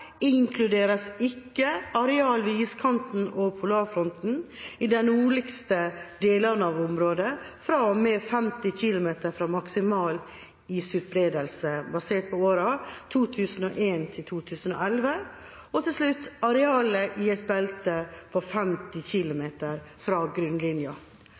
inkluderes ikke: – arealet ved iskanten og polarfronten i de nordligste delene av området fra og med 50 km fra maksimal isutbredelse – arealet i et belte på 50 km fra grunnlinjen.» Vår holdning er i